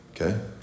Okay